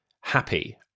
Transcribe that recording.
happy